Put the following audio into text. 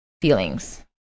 feelings